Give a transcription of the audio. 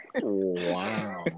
Wow